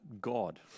God